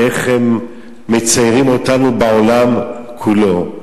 איך הם מציירים אותנו בעולם כולו.